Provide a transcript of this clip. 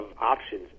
options